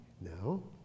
No